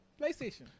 PlayStation